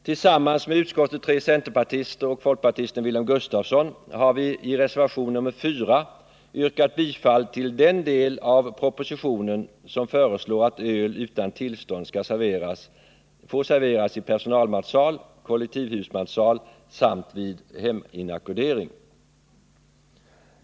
Tillsammans med utskottets tre centerpartister och folkpartisten Wilhelm Gustafsson har vi i reservation nr 4 yrkat bifall till den del av propositionen som föreslår att öl utan tillstånd skall få serveras i personalmatsal, kollektivhusmatsal samt vid heminackordering.